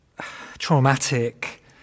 traumatic